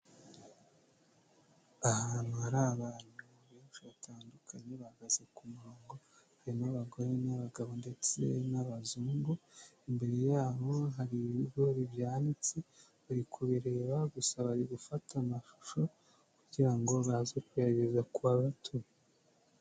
Ahantu hari abantu benshi batandukanye bahagaze ku murongo, harimo abagore n'abagabo ndetse n'abazungu, imbere yabo hari ibigo byanitse, bari kubireba gusa bari gufata amashusho kugira ngo baze kuyohereza ku wabatumye.